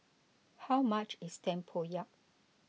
how much is tempoyak